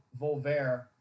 volver